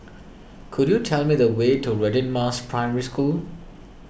could you tell me the way to Radin Mas Primary School